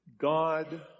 God